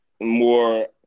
more